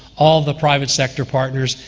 all the private sector partners,